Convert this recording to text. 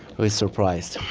was surprised.